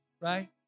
Right